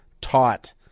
taught